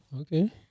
okay